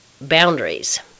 boundaries